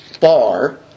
bar